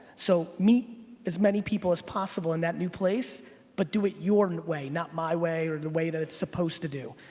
so meet as many people as possible in that new place but do it your and way, not my way or the way that it's supposed to do.